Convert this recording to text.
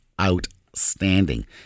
outstanding